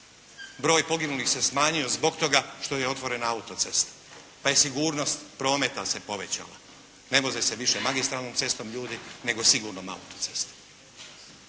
Broj poginulih se smanjio zbog toga što je otvorena autocesta pa je sigurnost prometa se povećala. Ne voze se više magistralnom cestom ljudi nego sigurnom autocestom.